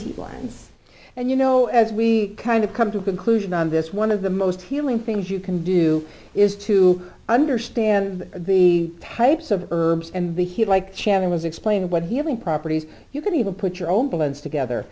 lines and you know as we kind of come to a conclusion on this one of the most healing things you can do is to understand the types of herbs and behave like channing was explain what healing properties you can even put your own blends together